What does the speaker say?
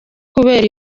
kubera